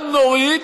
גם נוריד